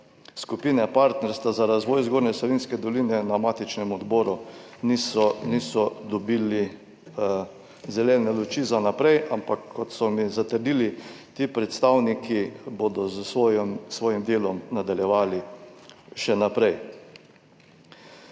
skupine partnerstva za razvoj Zgornje Savinjske doline na matičnem odboru niso dobili zelene luči za naprej, ampak, kot so mi zatrdili ti predstavniki, bodo s svojim delom nadaljevali še naprej.